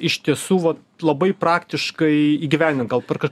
iš tiesų va labai praktiškai įgyvendint gal kad